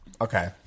Okay